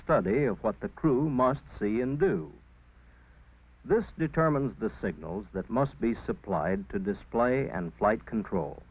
study of what the crew must see and do this determines the signals that must be supplied to display and flight control